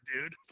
dude